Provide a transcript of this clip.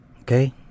Okay